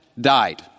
died